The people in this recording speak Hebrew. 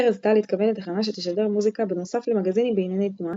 ארז טל התכוון לתחנה שתשדר מוזיקה בנוסף למגזינים בענייני תנועה,